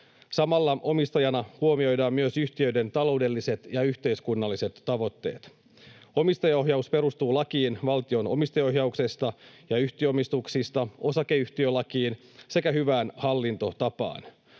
Samalla omistajana huomioidaan myös yhtiöiden taloudelliset ja yhteiskunnalliset tavoitteet. Omistajaohjaus perustuu lakiin valtion omistajaohjauksesta ja yhtiöomistuksista, osakeyhtiölakiin sekä hyvään hallintotapaan.